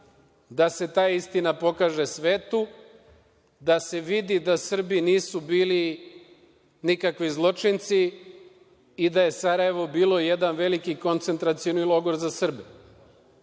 da se ta istina pokaže svetu, da se vidi da Srbi nisu bili nikakvi zločinci i da je Sarajevo bilo jedan veliki koncentracioni logor za Srbe? Tu